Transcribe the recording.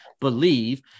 BELIEVE